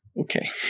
Okay